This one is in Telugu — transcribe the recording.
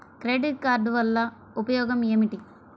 క్రెడిట్ కార్డ్ వల్ల ఉపయోగం ఏమిటీ?